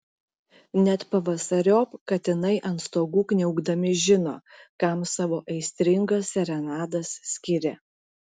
net pavasariop katinai ant stogų kniaukdami žino kam savo aistringas serenadas skiria